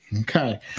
Okay